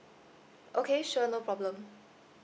okay sure no problem